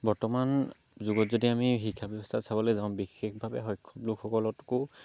বৰ্তমান যুগত যদি আমি শিক্ষা ব্যৱস্থা চাবলৈ যাওঁ বিশেষভাৱে সক্ষম লোকসকলকো